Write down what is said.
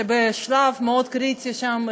שבשלב מאוד קריטי שם,